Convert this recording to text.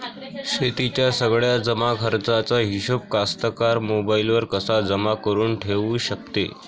शेतीच्या सगळ्या जमाखर्चाचा हिशोब कास्तकार मोबाईलवर कसा जमा करुन ठेऊ शकते?